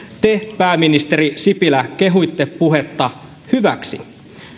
te pääministeri sipilä kehuitte puhetta hyväksi